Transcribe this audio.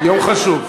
יום חשוב.